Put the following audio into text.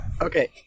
Okay